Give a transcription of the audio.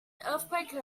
earthquake